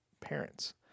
parents